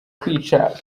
kwica